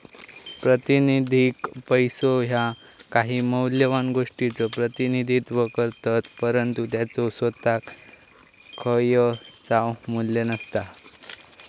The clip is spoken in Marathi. प्रातिनिधिक पैसो ह्या काही मौल्यवान गोष्टीचो प्रतिनिधित्व करतत, परंतु त्याचो सोताक खयचाव मू्ल्य नसता